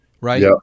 right